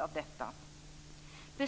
av detta blir.